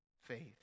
faith